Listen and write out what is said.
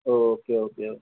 okay okay okay